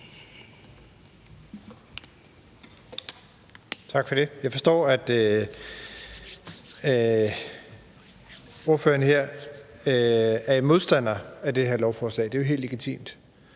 Tak for det. Jeg forstår, at ordføreren her er modstander af det her lovforslag, og det er jo helt legitimt.